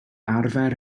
arfer